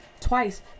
twice